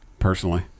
personally